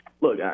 Look